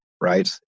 right